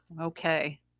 okay